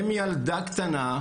עם ילדה קטנה,